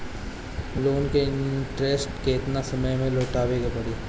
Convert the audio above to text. Loan के interest केतना समय में लौटावे के पड़ी?